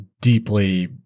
deeply